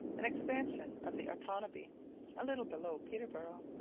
an expansion of the otanabee a little below peterborough.